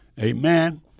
Amen